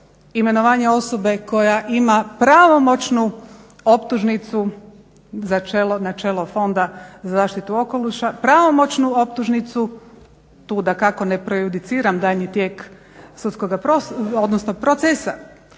imenovanje osobe koja ima pravomoćnu optužnicu za čelo Fonda za zaštitu okoliša, pravomoćnu optužnicu, tu dakako ne prejudiciram daljnji tijek sudskoga procesa,